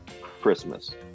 Christmas